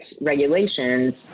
regulations